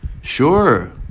Sure